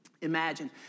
Imagine